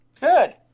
Good